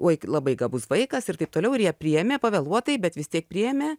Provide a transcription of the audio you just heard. uoi labai gabus vaikas ir taip toliau ir ją priėmė pavėluotai bet vis tiek priėmė